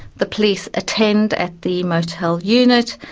the police attend at the motel unit,